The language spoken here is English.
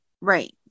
right